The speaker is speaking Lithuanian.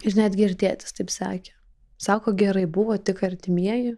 ir netgi ir tėtis taip sakė sako gerai buvo tik artimieji